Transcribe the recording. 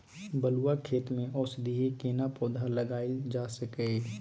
बलुआ खेत में औषधीय केना पौधा लगायल जा सकै ये?